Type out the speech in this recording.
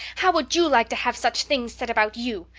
how would you like to have such things said about you?